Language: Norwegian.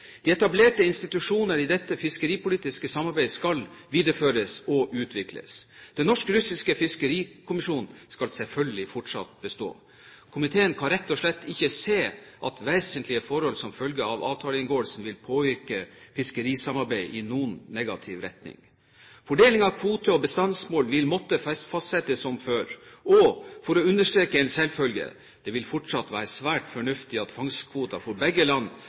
De etablerte institusjoner i dette fiskeripolitiske samarbeidet skal videreføres og utvikles. Den norsk-russiske fiskerikommisjonen skal selvfølgelig fortsatt bestå. Komiteen kan rett og slett ikke se at vesentlige forhold som følge av avtaleinngåelsen vil påvirke fiskerisamarbeidet i noen negativ retning. Fordeling av kvoter og bestandsmål vil måtte fastsettes som før, og for å understreke en selvfølge: Det vil fortsatt være svært fornuftig at fangstkvoter for begge land